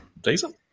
Decent